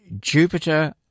Jupiter